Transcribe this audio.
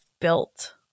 built